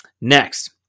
Next